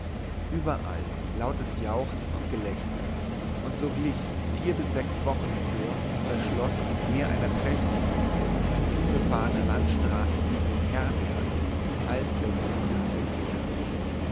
überall lautes jauchzen und gelächter und so glich vier bis sechs wochen hindurch das schloß mehr einer prächtigen an vielbefahrner landstraße liegenden herberge als der wohnung des gutsherrn